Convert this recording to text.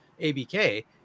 ABK